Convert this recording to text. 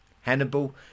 Hannibal